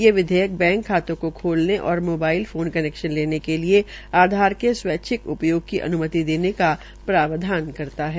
यह विधेयक बैंक खातों को खोलने और मोबाइल फोन कनैक्शन लेने के लिये आधार के स्वैच्छिक उपायोग की अनुमति देने का प्रावधान करता है